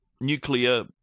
nuclear